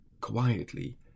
quietly